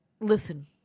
Listen